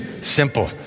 simple